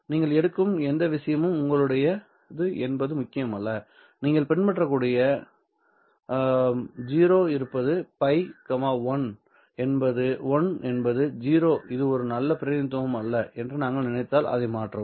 நீங்கள் எடுக்கும் எந்த விஷயமும் உங்களுடையது என்பது முக்கியமல்ல நீங்கள் பின்பற்றக்கூடிய மாநாடு 0 இருப்பது π 1 என்பது 0 இது ஒரு நல்ல பிரதிநிதித்துவம் அல்ல என்று நாங்கள் நினைத்தால் அதை மாற்றவும்